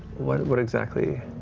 what what exactly?